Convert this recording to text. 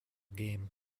game